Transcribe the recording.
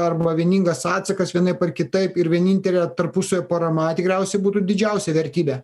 arba vieningas atsakas vienaip ar kitaip ir vienintelė tarpusavio parama tikriausiai būtų didžiausia vertybė